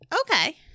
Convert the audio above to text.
okay